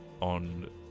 on